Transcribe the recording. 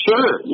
Sure